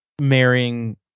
marrying